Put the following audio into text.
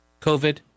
COVID